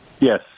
Yes